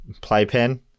playpen